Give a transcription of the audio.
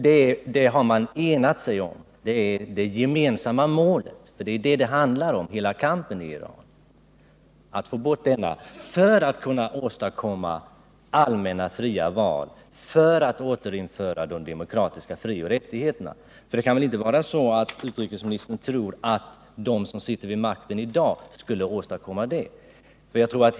Detta har man enat sig om. Hela kampen i Iran handlar om att få bort diktaturen för att kunna åstadkomma allmänna, fria val och för att återinföra de demokratiska frioch rättigheterna. Utrikesministern tror väl inte att de som sitter vid makten i dag skulle åstadkomma det?